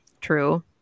true